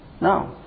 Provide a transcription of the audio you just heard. no